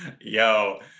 yo